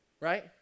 right